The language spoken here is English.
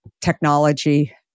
technology